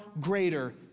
greater